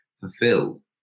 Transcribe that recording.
fulfilled